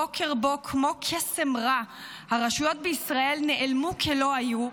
בוקר שבו כמו בקסם רע הרשויות בישראל נעלמו כלא היו,